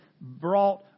brought